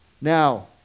now